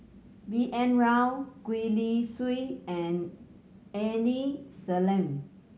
B N Rao Gwee Li Sui and Aini Salim